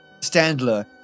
Standler